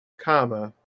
comma